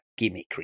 gimmickry